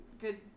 good